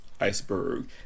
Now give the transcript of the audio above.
iceberg